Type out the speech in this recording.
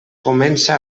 comença